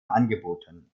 angeboten